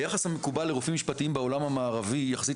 היחס המקובל לרופאים משפטיים בעולם המערבי יחסית